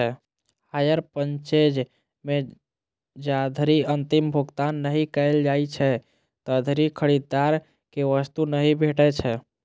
hire purchase मे जाधरि अंतिम भुगतान नहि कैल जाइ छै, ताधरि खरीदार कें वस्तु नहि भेटै छै